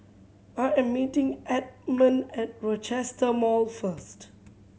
I am meeting Edmond at Rochester Mall first